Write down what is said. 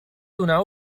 donar